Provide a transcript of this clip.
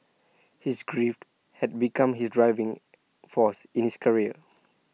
his grief had become his driving force in his career